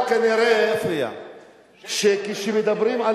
אבל כנראה כשמדברים, אל תפריע.